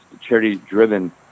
charity-driven